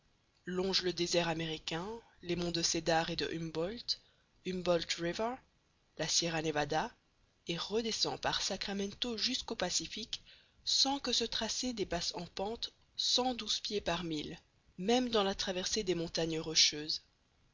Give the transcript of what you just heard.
longe le désert américain les monts de cédar et humboldt humboldt river la sierra nevada et redescend par sacramento jusqu'au pacifique sans que ce tracé dépasse en pente cent douze pieds par mille même dans la traversée des montagnes rocheuses